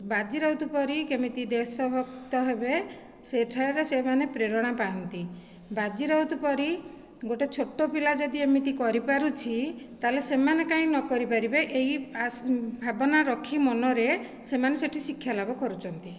ବାଜିରାଉତ ପରି କେମିତି ଦେଶଭକ୍ତ ହେବେ ସେଠାରେ ସେହିମାନେ ପ୍ରେରଣା ପାଆନ୍ତି ବାଜିରାଉତ ପରି ଗୋଟିଏ ଛୋଟ ପିଲା ଯଦି ଏମିତି କରିପାରୁଛି ତାହେଲେ ସେମାନେ କାହିଁକି ନ କରିପାରିବେ ଏହି ଭାବନା ରଖି ମନରେ ସେମାନେ ସେଇଠି ଶିକ୍ଷାଲାଭ କରୁଛନ୍ତି